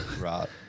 Right